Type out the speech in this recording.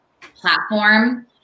platform